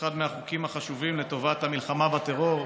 אחד מהחוקים החשובים לטובת המלחמה בטרור,